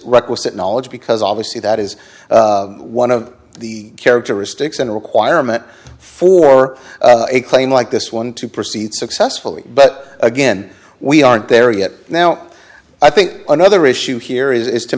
requisite knowledge because obviously that is one of the characteristics and a requirement for a claim like this one to proceed successfully but again we aren't there yet now i think another issue here is